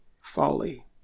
folly